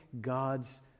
God's